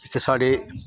साढ़े